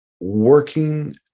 working